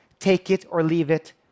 take-it-or-leave-it